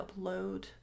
upload